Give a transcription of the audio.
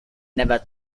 never